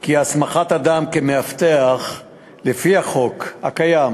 כי הסמכת אדם כמאבטח לפי החוק הקיים